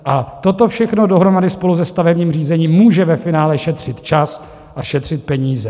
A toto všechno dohromady spolu se stavebním řízením může ve finále šetřit čas a šetřit peníze.